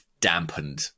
dampened